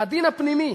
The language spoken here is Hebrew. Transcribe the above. הדין הפנימי